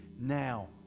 now